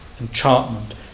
enchantment